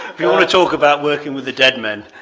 you know only talk about working with the dead men.